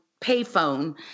payphone